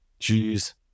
Jeez